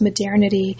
modernity